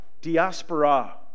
Diaspora